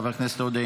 חבר הכנסת עודה,